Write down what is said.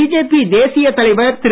BJP தேசிய தலைவர் திரு